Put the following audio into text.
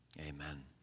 Amen